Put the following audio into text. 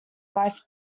wife